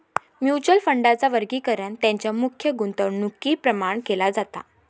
mutual फंडांचा वर्गीकरण तेंच्या मुख्य गुंतवणुकीप्रमाण केला जाता